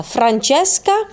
Francesca